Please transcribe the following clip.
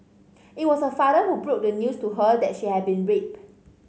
it was her father who broke the news to her that she had been raped